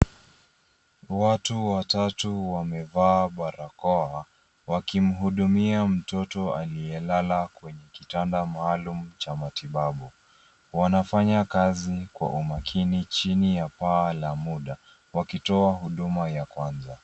Watu watatu wamevaa barakoa wakimuhudumia mtoto aliyelala kwenye kitanda maalum cha matibabu wanafanya kazi kwa umakini chini ya paa la muda wakitoa huduma ya kwanza.